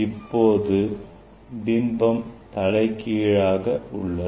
இப்போது பிம்பம் தலைகீழாக உள்ளது